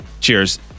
cheers